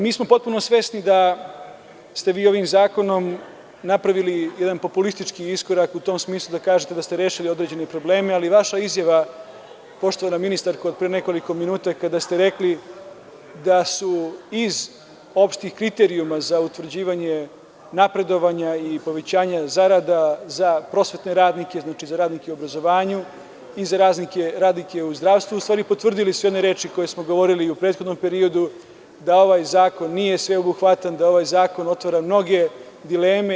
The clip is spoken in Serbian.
Mi smo potpuno svesni da ste vi ovim zakonom napravili jedan populistički iskorak u tom smislu da kažete da ste rešili određene probleme, ali vaša izjava poštovana ministarko pre nekoliko minuta, kada ste rekli da su iz opštih kriterijuma za utvrđivanje napredovanja i povećanja zarada za prosvetne radnike, za radnike u obrazovanju i za radnike u zdravstvu, u stvari potvrdili sve one reči koje smo govorili u prethodnom periodu, da ovaj zakon nije sveobuhvatan, da ovaj zakon otvara mnoge dileme.